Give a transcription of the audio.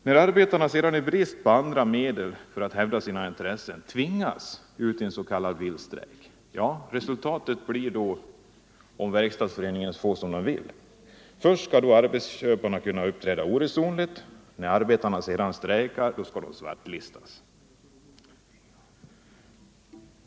När arbetarna sedan i brist på andra medel att hävda sina intressen tvingas ut i en s.k. vild strejk blir resultatet, om Verkstadsföreningen får som den vill: Först skall arbetsköparna kunna uppträda oresonligt. När arbetarna sedan strejkar skall de svartlistas.